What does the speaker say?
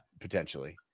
Potentially